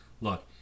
look